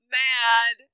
mad